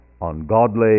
ungodly